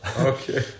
Okay